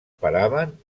paraven